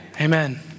Amen